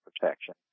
protection